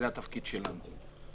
זה התפקיד שלנו.